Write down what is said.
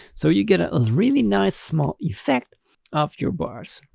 so you get a really nice small effect off your bars.